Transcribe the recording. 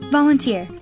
volunteer